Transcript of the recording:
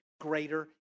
Greater